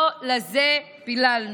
לא לזה פיללנו.